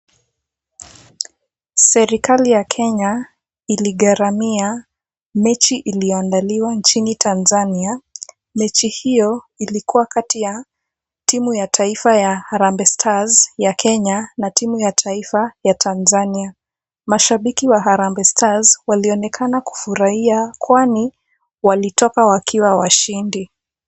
Serikali ya Kenya iligharamia mechi iliyoandaliwa nchini Tanzania. Mechi hiyo ilikua kati ya timu ya taifa ya Harambe Stars ya Kenya na timu ya taifa ya Tanzania. Mashabiki wa Harambe Stars walionekana kufurahia kwani walitoka wakiwa washindi.